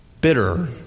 Bitter